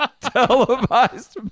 televised